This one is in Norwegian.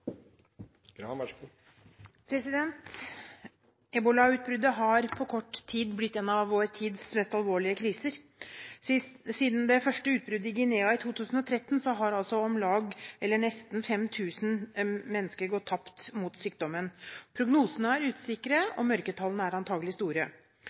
Ebolautbruddet har på kort tid blitt en av vår tids mest alvorlige kriser. Siden det første utbruddet i Guinea i 2013 har nesten 5 000 menneskeliv gått tapt som følge av sykdommen. Prognosene er